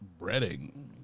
breading